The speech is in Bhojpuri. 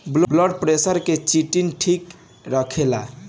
ब्लड प्रेसर के चिटिन ठीक रखेला